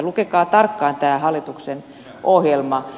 lukekaa tarkkaan tämä hallituksen ohjelma